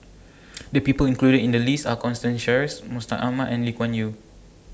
The People included in The list Are Constance Sheares Mustaq Ahmad and Lee Kuan Yew